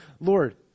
Lord